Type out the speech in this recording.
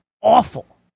awful